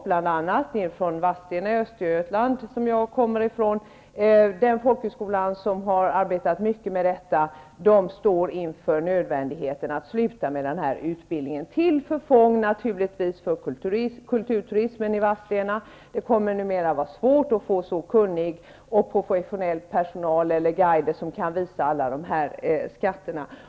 Bl.a. folkhögskolan i Vadstena nere i Östergötland, mina hemtrakter, har arbetat mycket med detta, och man står nu inför nödvändigheten att sluta med den här utbildningen, vilket naturligtvis är till förfång för kulturturismen i Vadstena. Det kommer numera att bli svårt att få kunniga och professionella guider som kan visa alla skatterna.